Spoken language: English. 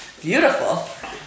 Beautiful